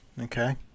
Okay